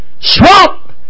Swamp